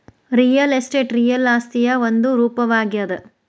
real estate real ಆಸ್ತಿಯ ಒಂದು ರೂಪವಾಗ್ಯಾದ